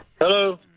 Hello